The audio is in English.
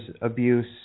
abuse